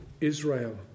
Israel